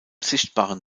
sichtbaren